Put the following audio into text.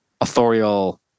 authorial